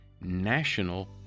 National